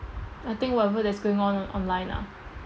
I think whatever that's going on online ah